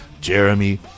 Jeremy